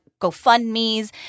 GoFundMes